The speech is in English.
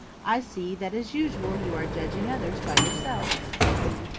i see that as usual you are judging others by yourself, said he.